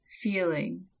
feeling